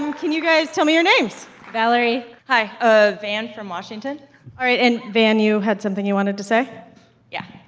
um can you guys tell me your names? valerie hi ah van from washington all right. and, van, you had something you wanted to say yeah.